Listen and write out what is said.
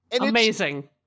Amazing